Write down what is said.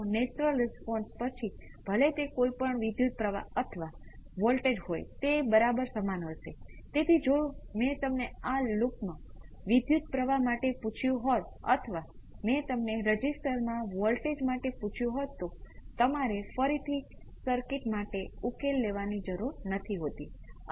natural response પણ પ્રારંભિક સ્થિતિ સાથે સ્કેલ કરે છે પરંતુ તમે જે ન કરી શકો તે છે અથવા કેટલીક પ્રારંભિક શરત કે જે તમે એક ઇનપુટ પર લાગુ કરો છો અને અન્ય ઇનપુટ સાથે કુલ પ્રતિભાવ શોધો જો તમે ઉમેરો તો તમને ખોટા પરિણામ મળશે